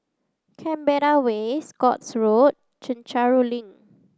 Canberra Way Scotts Road Chencharu Link